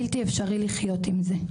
בלתי אפשרי לחיות עם זה,